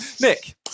Nick